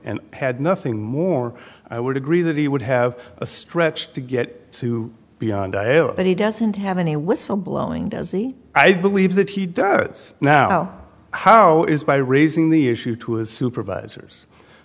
and had nothing more i would agree that he would have a stretch to get beyond iowa but he doesn't have any whistle blowing desi i believe that he does now how is by raising the issue to his supervisors